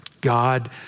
God